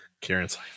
Karen's